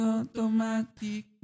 Automatic